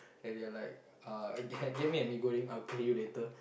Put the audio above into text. then they are like uh get get me a mee-goreng I will pay you later